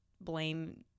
blame